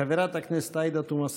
חברת הכנסת עאידה תומא סלימאן.